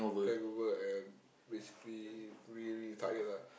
hangover and basically really tired lah